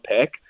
pick